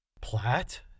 Platt